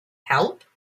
help